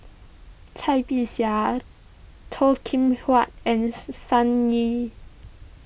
Cai Bixia Toh Kim Hwa and Sun Yee